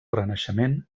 renaixement